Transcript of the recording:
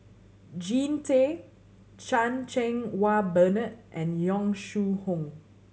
Jean Tay Chan Cheng Wah Bernard and Yong Shu Hoong